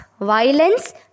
Violence